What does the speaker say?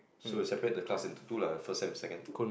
so we separate the class into two lah the first and the second